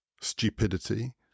stupidity